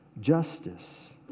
justice